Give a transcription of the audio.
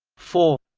four